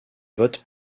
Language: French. vote